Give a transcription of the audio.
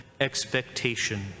expectation